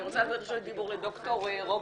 אני רוצה לתת את רשות הדיבור לד"ר רובצ'יק,